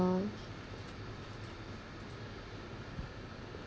um